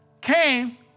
came